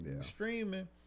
streaming